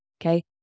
okay